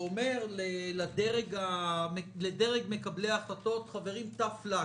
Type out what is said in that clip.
ואומר לדרג מקבלי ההחלטות: חברים, "טף לאק",